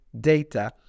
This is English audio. data